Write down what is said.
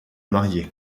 marier